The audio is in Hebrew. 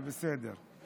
זה בסדר.